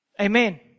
Amen